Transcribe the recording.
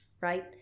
right